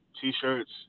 t-shirts